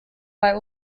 bei